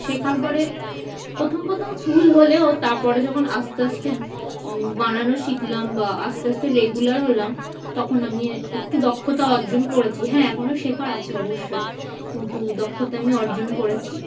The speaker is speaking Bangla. শেখার পরে প্রথম প্রথম ভুল হলেও তারপরে যখন আস্তে আস্তে বানানো শিখলাম বা আস্তে আস্তে রেগুলার হলাম তখন আমি একটু দক্ষতা অর্জন করেছি হ্যাঁ এখনও শেখার আছে অবশ্যই কিন্তু দক্ষতা আমি অর্জন করেছি